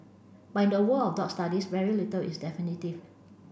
but in the world of dog studies very little is definitive